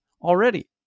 already